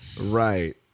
right